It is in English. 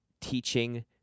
teaching